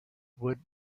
would